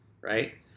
right